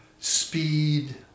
speed